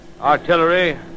Artillery